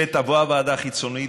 שתבוא הוועדה החיצונית,